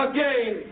Again